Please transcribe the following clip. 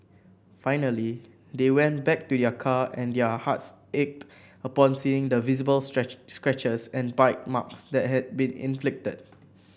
finally they went back to their car and their hearts ached upon seeing the visible stretch scratches and bite marks that had been inflicted